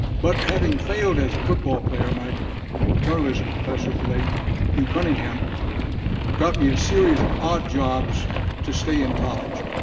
but having failed as a football player, my journalism professor the late hugh cunningham got me a series of odd jobs to stay in college.